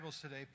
today